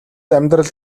амьдрал